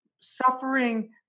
suffering